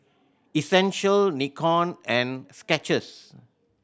Essential Nikon and Skechers